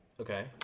Okay